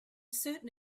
certain